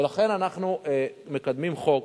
ולכן, אנחנו מקדמים חוק